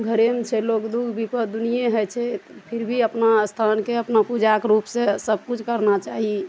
घरेमे छै लोग दुःख बिपति दुनियेँ होइ छै फिर भी अपना स्थानके अपना पूजाके रूपसे सबकिछु करबाके चाही